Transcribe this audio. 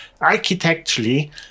architecturally